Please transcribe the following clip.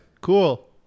Cool